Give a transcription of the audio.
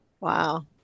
Wow